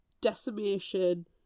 decimation